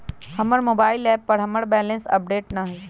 हमर mobile app पर हमर बैलेंस अपडेट न हई